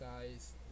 guys